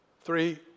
Three